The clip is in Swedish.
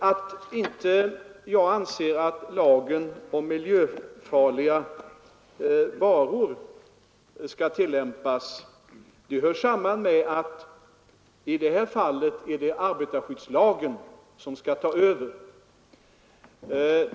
Att jag inte anser att lagen om miljöfarliga varor skall tillämpas hör samman med att denna fråga skall gå in under arbetarskyddslagen.